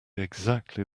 exactly